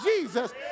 Jesus